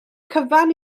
cyfan